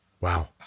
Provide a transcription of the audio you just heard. Wow